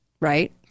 right